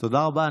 תודה רבה.